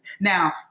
Now